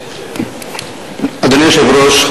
אדוני היושב-ראש,